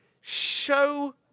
show